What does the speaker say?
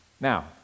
Now